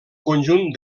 conjunt